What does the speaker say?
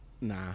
nah